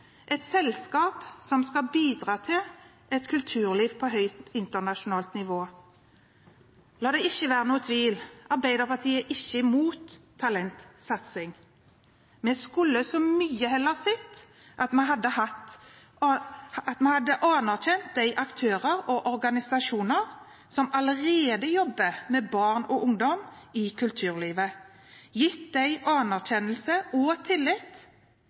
et selskap som skal bidra til et kulturliv på høyt internasjonalt nivå. La det ikke være noen tvil: Arbeiderpartiet er ikke imot talentsatsing, men vi skulle så mye heller sett at vi hadde anerkjent de aktører og organisasjoner som allerede jobber med barn og ungdom i kulturlivet, gitt dem anerkjennelse og tillit